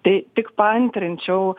tai tik paantrinčiau